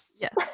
Yes